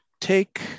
take